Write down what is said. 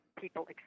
people